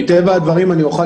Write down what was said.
מטבע הדברים אני אוכל